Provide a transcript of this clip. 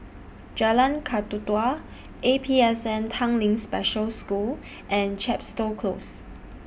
Jalan Kakatua A P S N Tanglin Special School and Chepstow Close